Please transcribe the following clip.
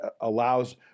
allows